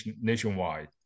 nationwide